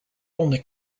only